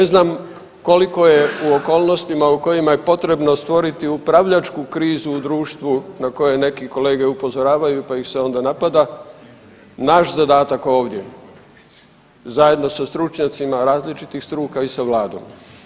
I ne znam koliko je u okolnostima u kojima je potrebno stvoriti upravljačku krizu u društvu na koje neki kolege upozoravaju pa ih se onda napada naš zadatak ovdje zajedno sa stručnjacima različitih struka i sa vladom.